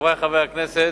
חברי חברי הכנסת,